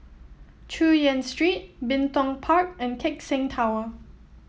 Chu Yen Street Bin Tong Park and Keck Seng Tower